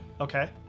okay